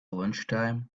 lunchtime